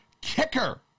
kicker